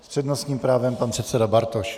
S přednostním právem pan předseda Bartoš.